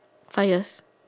five years